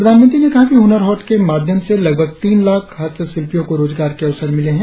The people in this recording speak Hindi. प्रधानमंत्री ने कहा हुनर हाट के माध्यम से लगभग तीन लाख हस्तशिल्पियों को रोजगार के अवसर मिले है